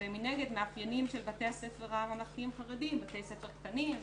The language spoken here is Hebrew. ומנגד מאפיינים של בתי הספר הממלכתיים-חרדיים בתי ספר קטנים,